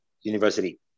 university